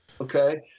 Okay